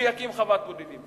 להקים חוות בודדים.